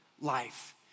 life